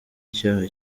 icyaha